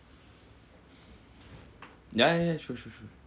ya ya ya true true true